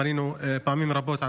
פנינו פעמים רבות,